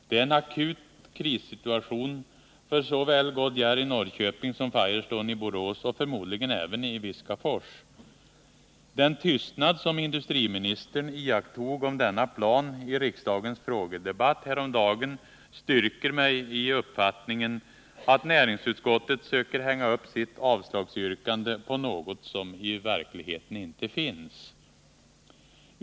Det är en akut krissituation för såväl Goodyear i Norrköping som Firestone i Borås och förmodligen även i Viskafors. Den tystnad som industriministern iakttog om denna plan i riksdagens frågedebatt häromdagen styrker mig i uppfattningen att näringsutskottet söker hänga upp sitt avslagsyrkande på något som i verkligheten inte finns.